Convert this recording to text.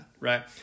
right